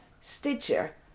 Stitcher